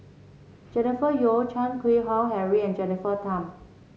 Jennifer Yeo Chan Keng Howe Harry and Jennifer Tham